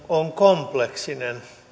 on kompleksinen